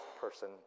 person